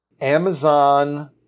Amazon